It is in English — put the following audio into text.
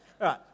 right